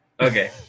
Okay